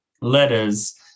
letters